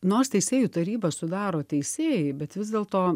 nors teisėjų tarybą sudaro teisėjai bet vis dėlto